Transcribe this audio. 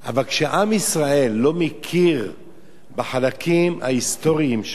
אבל כשעם ישראל לא מכיר בחלקים ההיסטוריים שלו,